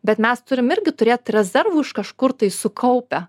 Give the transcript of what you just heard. bet mes turim irgi turėt rezervų iš kažkur tai sukaupę